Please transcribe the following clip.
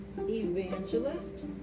evangelist